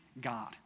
God